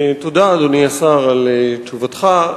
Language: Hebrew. תודה, אדוני השר, על תשובתך.